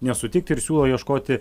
nesutikti ir siūlo ieškoti